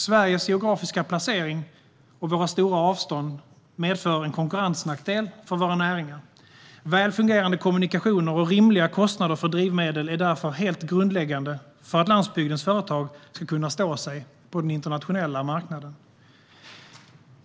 Sveriges geografiska placering och våra stora avstånd medför en konkurrensnackdel för våra näringar. Väl fungerande kommunikationer och rimliga kostnader för drivmedel är därför helt grundläggande för att landsbygdens företag ska kunna stå sig på den internationella marknaden.